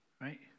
right